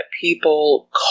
people